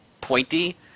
pointy